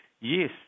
yes